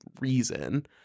reason